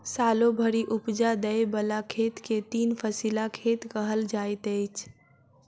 सालो भरि उपजा दय बला खेत के तीन फसिला खेत कहल जाइत अछि